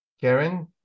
karen